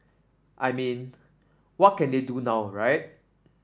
I mean what can they do now right